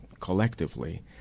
collectively